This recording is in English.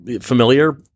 familiar